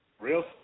Real